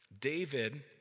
David